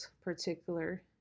particular